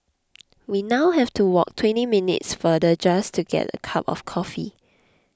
we now have to walk twenty minutes farther just to get a cup of coffee